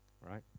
Right